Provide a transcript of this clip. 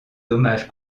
dommages